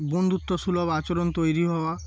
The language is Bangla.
বন্ধুত্ব সুলভ আচরণ তৈরি হওয়া